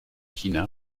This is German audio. china